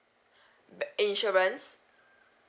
insurance